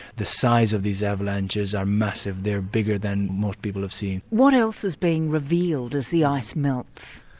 the size of these avalanches are massive. they're bigger than most people have seen. what else is being revealed as the ice melts?